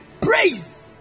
praise